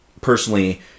personally